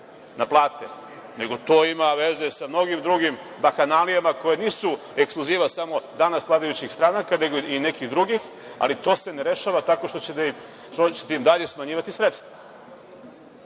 na plate, nego to ima veze sa mnogim drugim bahanalijama koje nisu ekskluziva samo danas vladajućih stranaka, nego i nekih drugih, ali to se ne rešava tako što ćete im dalje smanjivati sredstva. Rekao